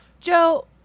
Joe